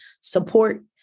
support